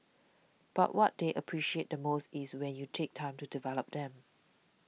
but what they appreciate the most is when you take time to develop them